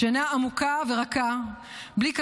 שינה עמוקה ורכה בלי כדורים,